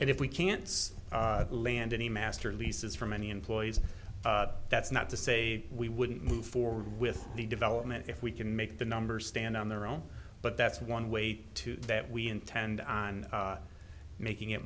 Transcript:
and if we can't land any master leases for many employees that's not to say we wouldn't move forward with the development if we can make the numbers stand on their own but that's one way to do that we intend on making it